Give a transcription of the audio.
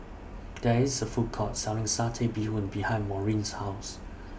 There IS A Food Court Selling Satay Bee Hoon behind Maureen's House